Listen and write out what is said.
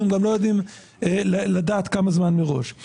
והם גם לא יודעים לדעת כמה זמן מראש.